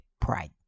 pride